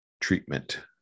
treatment